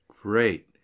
Great